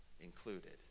included